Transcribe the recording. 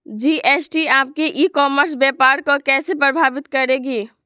GST आपके e commerce व्यापार को कैसे प्रभावित करेगी?